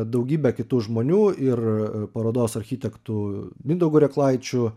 daugybe kitų žmonių ir parodos architektų mindaugu reklaičiu